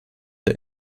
der